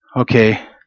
Okay